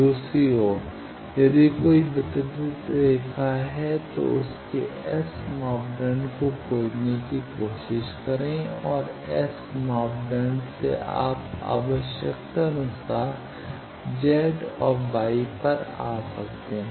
दूसरी ओर यदि कोई वितरित रेखा है तो उसके S मापदंड को खोजने की कोशिश करें और S मापदंड से आप आवश्यकतानुसार Z या Y पर आ सकते हैं